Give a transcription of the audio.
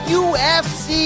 ufc